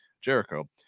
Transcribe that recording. Jericho